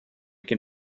can